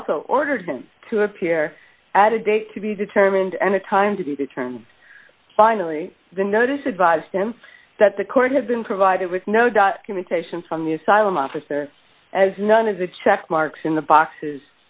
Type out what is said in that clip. also ordered to appear at a date to be determined and a time to be determined finally the notice advised him that the court had been provided with no documentation from the asylum officer as none of the check marks in the boxes